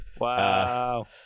Wow